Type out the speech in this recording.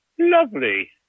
Lovely